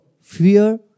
Fear